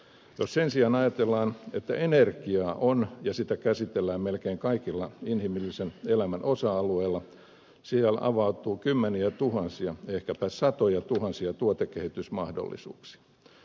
jos sen sijaan ajatellaan että energiaa on ja sitä käsitellään melkein kaikilla inhimillisen elämän osa alueilla siellä avautuu kymmeniätuhansia ehkäpä satojatuhansia tuotekehitysmahdollisuuksia